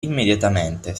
immediatamente